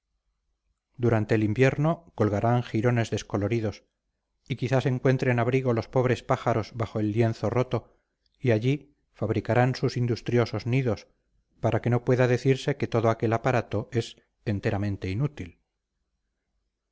durante el invierno colgarán jirones descoloridos y quizás encuentren abrigo los pobres pájaros bajo el lienzo roto y allí fabricarán sus industriosos nidos para que no pueda decirse que todo aquel aparato es enteramente inútil